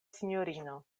sinjorino